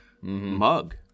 mug